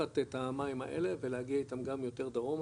לקחת את המים האלה ולהגיע איתם גם יותר דרומה,